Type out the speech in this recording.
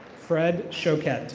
fred shoquet.